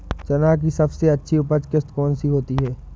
चना की सबसे अच्छी उपज किश्त कौन सी होती है?